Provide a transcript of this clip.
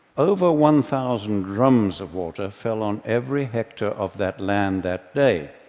over one thousand drums of water fell on every hectare of that land that day.